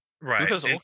Right